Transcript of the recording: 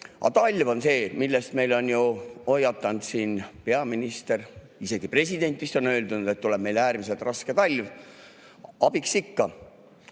talv on see, mille eest meid on hoiatanud siin peaminister, isegi president vist on öelnud, et meil tuleb äärmiselt raske talv. Abiks ikka.